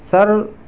sir